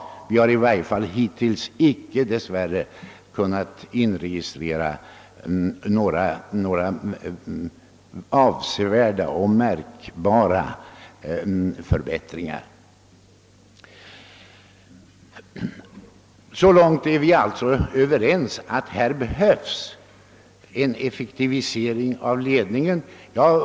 Jag har i varje fall hittills dess värre knappast kunnat inregistrera några avsevärda förbättringar. Vi är alltså överens om att det behövs en effektivisering av ledningen.